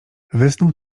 wysnuł